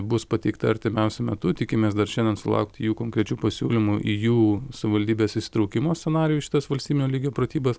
bus pateikta artimiausiu metu tikimės dar šiandien sulaukti jų konkrečių pasiūlymų į jų savivaldybės įsitraukimo scenarijų į šitas valstybinio lygio pratybas